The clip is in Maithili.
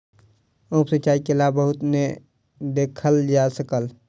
उप सिचाई के लाभ बहुत नै देखल जा सकल